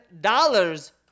dollars